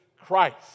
Christ